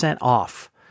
off